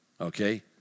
okay